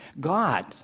God